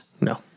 No